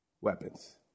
weapons